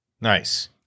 Nice